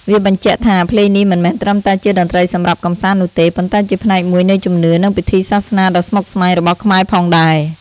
វាបញ្ជាក់ថា ភ្លេងនេះមិនមែនត្រឹមតែជាតន្ត្រីសម្រាប់កម្សាន្តនោះទេ ប៉ុន្តែជាផ្នែកមួយនៃជំនឿ និងពិធីសាសនាដ៏ស្មុគស្មាញរបស់ខ្មែរផងដែរ។